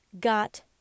got